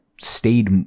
stayed